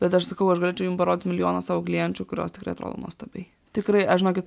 bet aš sakau aš galėčiau jum parodyt milijoną savo klienčių kurios tikrai atrodo nuostabiai tikrai aš žinokit